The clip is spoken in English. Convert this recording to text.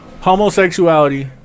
homosexuality